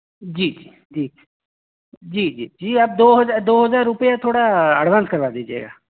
जी जी जी जी जी जी आप दो हज़ार दो हज़ार रुपये थोड़ा एडवांस करवा दीजिएगा